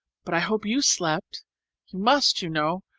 but i hope you slept you must, you know,